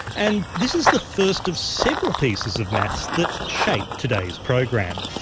and this is the first of several pieces of maths that shape today's program.